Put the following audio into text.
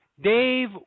Dave